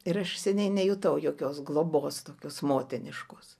ir aš seniai nejutau jokios globos tokios motiniškos